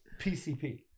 PCP